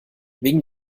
wegen